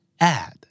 Add